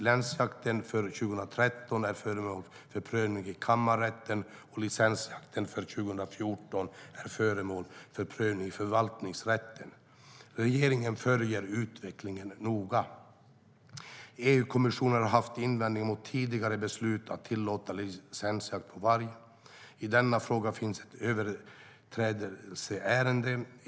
Licensjakten för 2013 är föremål för prövning i kammarrätten, och licensjakten för 2014 är föremål för prövning i förvaltningsrätten. Regeringen följer utvecklingen noga.EU-kommissionen har haft invändningar mot tidigare beslut att tillåta licensjakt på varg. I denna fråga finns ett överträdelseärende.